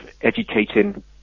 educating